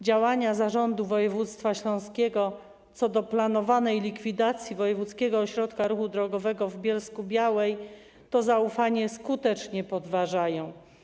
Działania Zarządu Województwa Śląskiego co do planowanej likwidacji Wojewódzkiego Ośrodka Ruchu Drogowego w Bielsku-Białej to zaufanie skutecznie podważają.